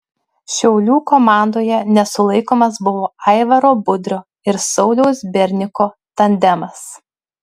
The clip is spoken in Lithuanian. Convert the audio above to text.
šiaulių komandoje nesulaikomas buvo aivaro budrio ir sauliaus berniko tandemas